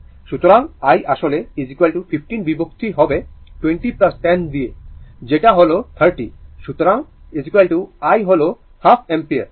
সুতরাং i আসলে 15 বিভক্ত হবে 20 10 দিয়ে যেটা হল 30 সুতরাং i হল হাফ অ্যাম্পিয়ার